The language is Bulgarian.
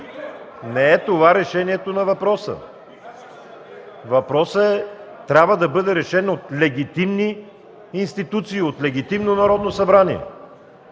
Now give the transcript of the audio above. Не е това решението на въпроса. Въпросът трябва да бъде решен от легитимни институции, от легитимно Народно събрание.